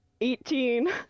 Eighteen